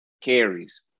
carries